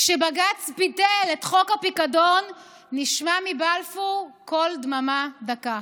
כשבג"ץ ביטל את חוק הפיקדון נשמע מבלפור קול דממה דקה.